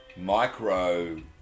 micro